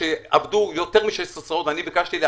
הם אומרים לך שאין כסף.